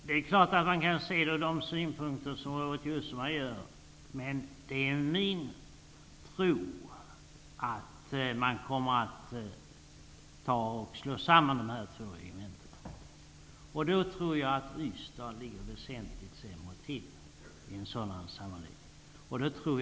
Herr talman! Det är klart att man kan se frågan ur Robert Jousmas synpunkt. Men det är min tro att man kommer att slå samman dessa båda regementen. I så fall tror jag att Ystad ligger väsentligt mycket sämre till.